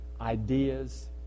ideas